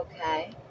Okay